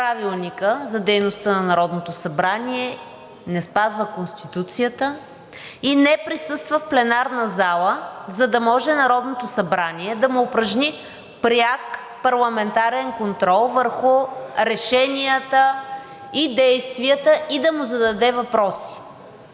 и дейността на Народното събрание, не спазва Конституцията и не присъства в пленарна зала, за да може Народното събрание да му упражни пряк парламентарен контрол върху решенията и действията и да му зададе въпрос.